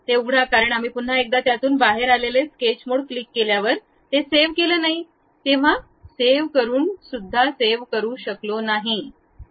ते उघडा कारण आम्ही पुन्हा एकदा त्यातून बाहेर आलेले स्केच मोड क्लिक केल्यावर ते सेव्ह केले नाही तेव्हा सेव्ह करुन सेव्ह करू शकलो नाही